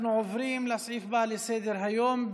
אנחנו עוברים לסעיף הבא על סדר-היום,